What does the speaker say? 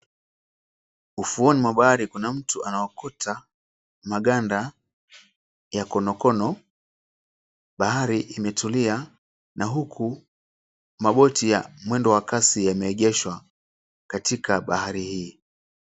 Ufuoni mwa bahari kuna mtu anaokota maganda ya konokono. Bahari imetulia na huku maboti ya mwendo wa kasi yameegeshwa katika bahari hii.